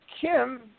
Kim